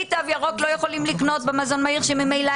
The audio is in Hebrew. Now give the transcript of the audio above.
תו ירוק לא יכולים לקנות במזון המהיר כאשר ממילא